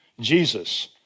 Jesus